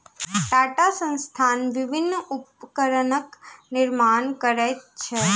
टाटा संस्थान विभिन्न उपकरणक निर्माण करैत अछि